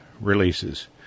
releases